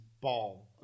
ball